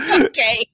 Okay